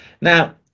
now